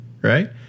right